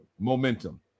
Momentum